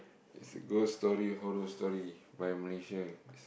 is a ghost story horror story by Malaysia is